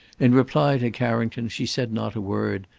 in reply to carrington, she said not a word,